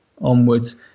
onwards